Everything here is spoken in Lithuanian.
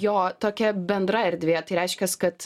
jo tokia bendra erdvė tai reiškias kad